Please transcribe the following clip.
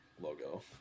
logo